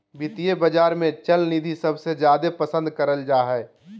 वित्तीय बाजार मे चल निधि सबसे जादे पसन्द करल जा हय